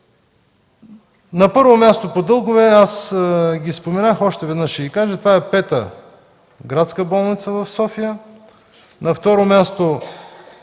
На първо място по дългове, аз ги споменах, още веднъж ще ги кажа, това е Пета градска болница в София. На второ място